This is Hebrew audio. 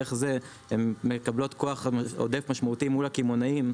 ודרך זה הם מקבלות כוח עודף משמעותי מול הקמעונאים,